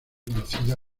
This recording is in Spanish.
conocida